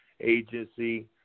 agency